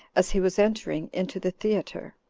as he was entering into the theater.